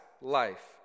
life